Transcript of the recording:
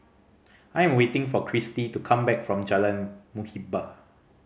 I am waiting for Kristy to come back from Jalan Muhibbah